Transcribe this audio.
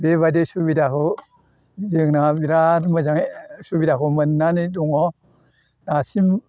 बेबायदि सुबिदाखौ जोंना बेराद मोजाङै सुबिदाखौ मोन्नानै दङ दासिम